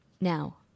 Now